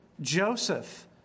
Joseph